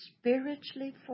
spiritually